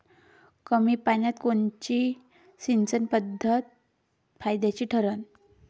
कमी पान्यात कोनची सिंचन पद्धत फायद्याची ठरन?